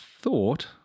thought